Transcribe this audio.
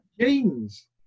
jeans